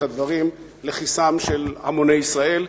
את הדברים לכיסם של המוני ישראל,